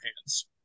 hands